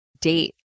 date